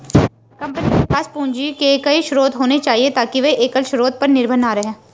company के पास पूंजी के कई स्रोत होने चाहिए ताकि वे एकल स्रोत पर निर्भर न रहें